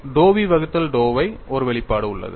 dou v வகுத்தல் dou y ஒரு வெளிப்பாடு உள்ளது